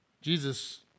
Jesus